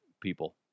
people